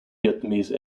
vietnamese